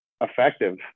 effective